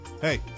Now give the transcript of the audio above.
Hey